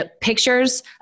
pictures